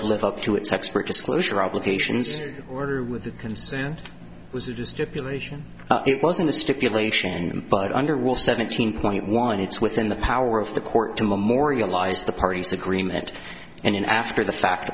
to live up to its expert disclosure obligations order with the consent was it was in the stipulation but under will seventeen point one it's within the power of the court to memorialize the parties agreement and then after the fact